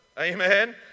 Amen